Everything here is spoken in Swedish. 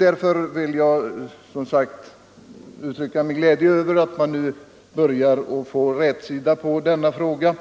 Jag vill som sagt uttrycka min glädje över att man nu börjar få rätsida på denna fråga,